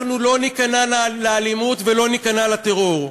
אנחנו לא ניכנע לאלימות ולא ניכנע לטרור,